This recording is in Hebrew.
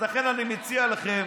לכן אני מציע לכם,